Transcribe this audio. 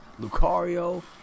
Lucario